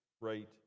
right